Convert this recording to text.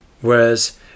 whereas